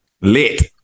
Lit